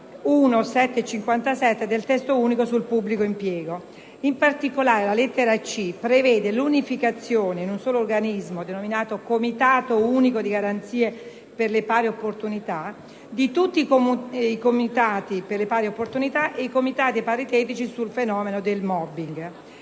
e 57 del Testo unico sul pubblico impiego. In particolare, la lettera *c)* prevede l'unificazione, in un solo organismo, denominato Comitato unico di garanzia per le pari opportunità, di tutti i comitati per le pari opportunità e paritetici sul fenomeno del *mobbing*.